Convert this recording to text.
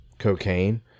Cocaine